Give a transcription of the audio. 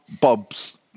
Bob's